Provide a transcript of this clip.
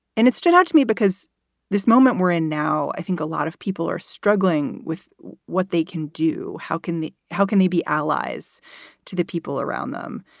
and it stood out to me because this moment we're in now. i think a lot of people are struggling with what they can do. how can the how can we be allies to the people around them?